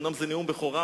אומנם זה נאום בכורה,